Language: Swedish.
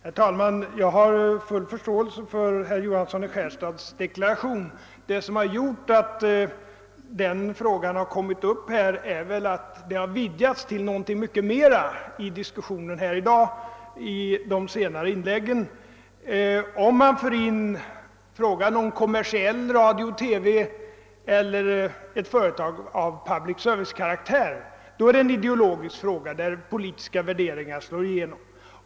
Herr talman! Jag har full förståelse för herr Johanssons i Skärstad deklaration. Vad som föranlett den är väl att diskussionen under de senaste inläggen har vidgats till att omfatta någonting mer än vad som avsågs från början. Om man för in frågan om kommersiell radio och TV eller frågan om ett företag av publice-service-karaktär, då är det en ideologisk fråga, där politiska värderingar slår igenom.